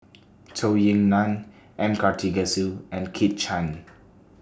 Zhou Ying NAN M Karthigesu and Kit Chan